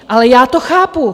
Ale já to chápu.